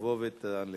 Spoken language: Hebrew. תבוא ותעלה